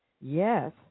Yes